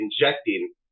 injecting